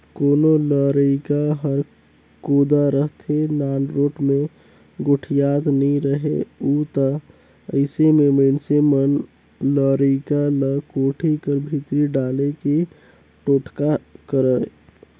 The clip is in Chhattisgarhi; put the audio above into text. कोनो लरिका हर कोदा रहथे, नानरोट मे गोठियात नी रहें उ ता अइसे मे मइनसे मन लरिका ल कोठी कर भीतरी डाले के टोटका करय